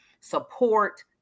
support